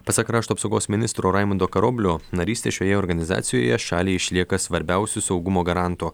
pasak krašto apsaugos ministro raimundo karoblio narystė šioje organizacijoje šaliai išlieka svarbiausiu saugumo garantu